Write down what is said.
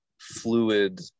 fluid